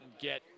get